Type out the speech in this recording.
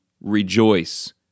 rejoice